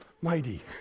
mighty